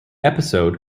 episode